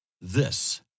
this